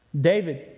David